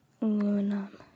Aluminum